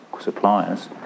suppliers